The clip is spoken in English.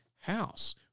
house